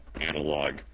analog